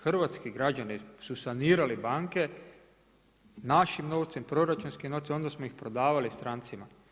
Hrvatski građani su sanirali banke, našim novcem, proračunskim novcem, onda smo ih prodavali strancima.